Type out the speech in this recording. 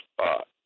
spot